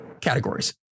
categories